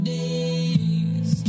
days